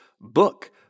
book